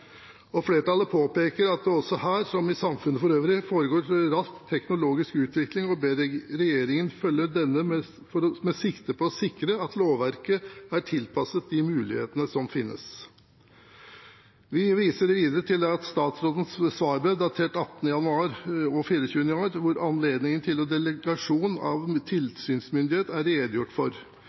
Flertallet vil påpeke at det også her, som i samfunnet for øvrig, foregår rask teknologisk utvikling, og ber regjeringen følge denne med sikte på å sikre at lovverket er tilpasset de mulighetene som finnes. Flertallet viser til statsrådens svarbrev datert 18. januar 2017 og 24. januar 2017, hvor anledningen til delegasjon av tilsynsmyndighet er redegjort for.